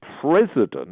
president